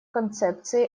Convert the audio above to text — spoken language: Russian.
концепции